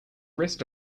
rest